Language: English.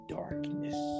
darkness